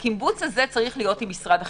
הקמבוץ הזה צריך להיות עם משרד החינוך.